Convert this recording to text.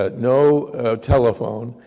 ah no telephone,